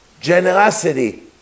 generosity